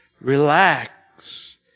Relax